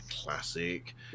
classic